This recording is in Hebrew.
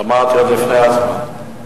גמרתי עוד לפני הזמן.